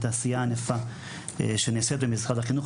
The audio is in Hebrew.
את העשייה הענפה שנעשית במשרד החינוך,